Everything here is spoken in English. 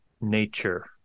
nature